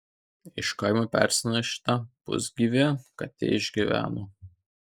iš kaimo parsinešta pusgyvė katė išgyveno